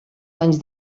anys